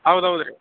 ಹೌದು ಹೌದು ರೀ